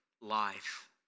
life